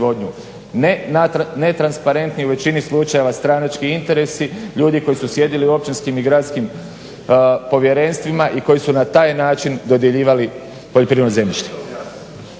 Ne transparentni u većini slučajeva stranački interesi ljudi koji su sjedili u općinskim i gradskim povjerenstvima i koji su na taj način dodjeljivali poljoprivredno zemljište.